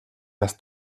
las